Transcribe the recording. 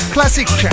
Classic